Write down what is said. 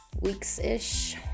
weeks-ish